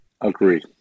Agreed